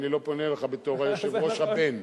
אני לא פונה אליך בתור היושב-ראש הבן,